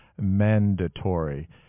mandatory